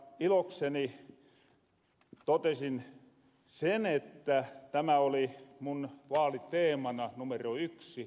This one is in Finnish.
ilokseni totesin sen että tämä oli mun vaaliteemana numero yksi